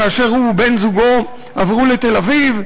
כאשר הוא ובן-זוגו עברו לתל-אביב,